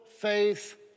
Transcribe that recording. faith